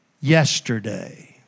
yesterday